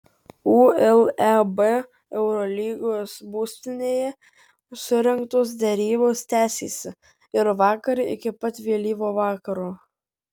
uleb eurolygos būstinėje surengtos derybos tęsėsi ir vakar iki pat vėlyvo vakaro